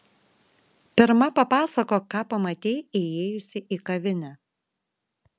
pirma papasakok ką pamatei įėjusi į kavinę